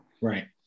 Right